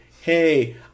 hey